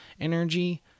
energy